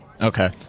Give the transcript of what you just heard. Okay